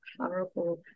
powerful